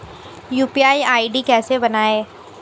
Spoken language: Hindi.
यू.पी.आई आई.डी कैसे बनाएं?